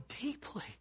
deeply